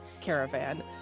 caravan